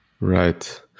Right